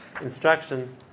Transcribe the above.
instruction